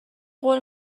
قول